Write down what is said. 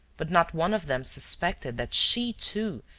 but not one of them suspected that she, too,